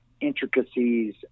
intricacies